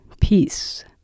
peace